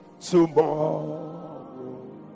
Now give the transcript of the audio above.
tomorrow